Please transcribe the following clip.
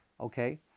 okay